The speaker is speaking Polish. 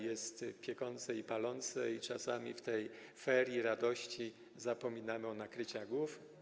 Jest piekące i palące i czasami w tej feerii radości zapominamy o nakryciach głów.